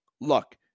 Look